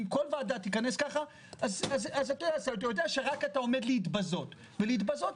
אם כל ועדה תתכנס ככה אז אתה יודע שאתה רק עומד להתבזות ולהתבזות,